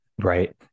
Right